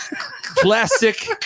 classic